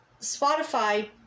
Spotify